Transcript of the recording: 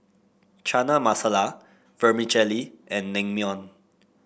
Chana Masala Vermicelli and Naengmyeon